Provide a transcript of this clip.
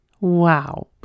Wow